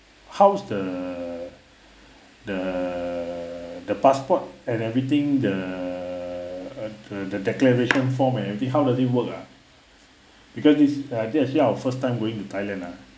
how's the the the passport and everything the the the declaration form and everything how does it work ah because this is uh this actually our first time going to thailand ah